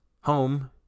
home